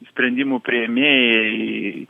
sprendimų priėmėjai